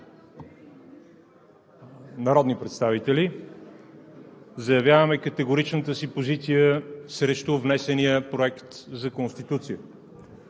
народни представители. Заявяваме категоричната си позиция срещу внесения Проект за Конституцията.